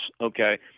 Okay